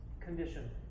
condition